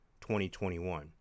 2021